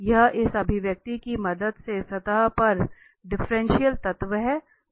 यह इस अभिव्यक्ति की मदद से सतह पर डिफ्रेंटिएल तत्व है